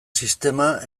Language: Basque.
sistema